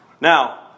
Now